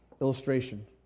illustration